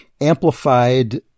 Amplified